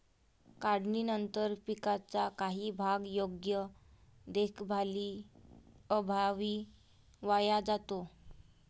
काढणीनंतर पिकाचा काही भाग योग्य देखभालीअभावी वाया जातो